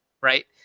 right